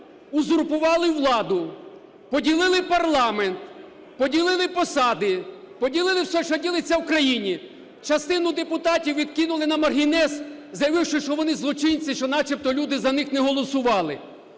узурпували владу, поділили парламент, поділили посади, поділили все, що ділиться в країні. Частину депутатів відкинули на маргінес, заявивши, що вони злочинці, що начебто люди за них не голосували.